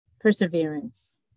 perseverance